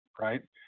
right